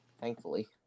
Thankfully